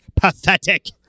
Pathetic